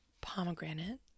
pomegranate